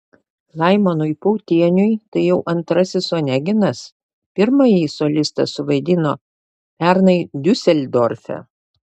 laimonui pautieniui tai jau antrasis oneginas pirmąjį solistas suvaidino pernai diuseldorfe